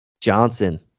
Johnson